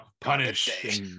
punish